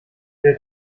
der